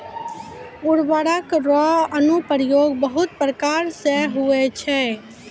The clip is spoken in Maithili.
उर्वरक रो अनुप्रयोग बहुत प्रकार से होय छै